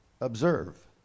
observe